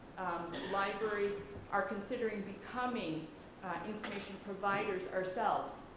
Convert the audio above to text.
libraries are considering becoming information providers ourselves,